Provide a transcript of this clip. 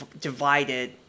divided